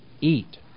eat